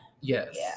Yes